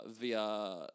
via